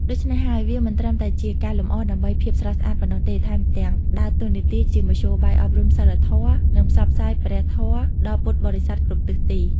ដូច្នេះហើយ វាមិនត្រឹមតែជាការលម្អដើម្បីភាពស្រស់ស្អាតប៉ុណ្ណោះទេ ថែមទាំងដើរតួនាទីជាមធ្យោបាយអប់រំសីលធម៌ និងផ្សព្វផ្សាយព្រះធម៌ដល់ពុទ្ធបរិស័ទគ្រប់ទិសទី។